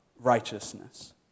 righteousness